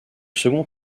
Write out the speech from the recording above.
second